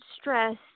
stress